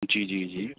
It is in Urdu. جی جی جی